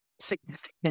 significant